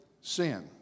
Sin